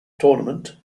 tournament